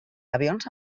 avions